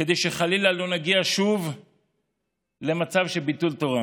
כדי שחלילה לא נגיע שוב למצב של ביטול תורה.